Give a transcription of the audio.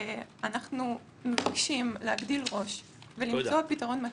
אנחנו מבקשים להגדיל ראש ולמצוא פתרון מתאים.